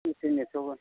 एसे नेथ'गोन